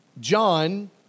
John